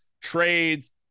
trades